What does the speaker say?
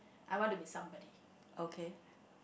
I want to be somebody